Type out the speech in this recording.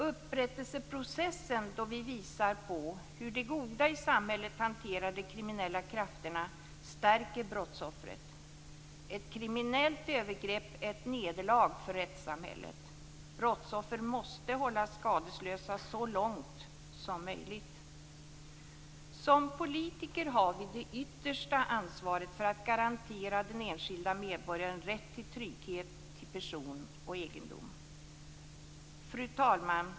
Upprättelseprocessen, dvs. då vi visar på hur det goda i samhället hanterar de kriminella krafterna, stärker brottsoffret. Ett kriminellt övergrepp är ett nederlag för rättssamhället. Brottsoffer måste hållas skadeslösa så långt som möjligt. Som politiker har vi det yttersta ansvaret för att garantera den enskilda medborgaren rätt till trygghet till person och egendom. Fru talman!